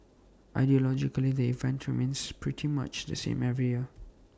ideologically the event remains pretty much the same every year